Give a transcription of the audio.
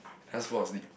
can't full of sleep